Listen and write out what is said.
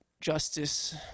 justice